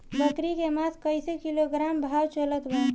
बकरी के मांस कईसे किलोग्राम भाव चलत बा?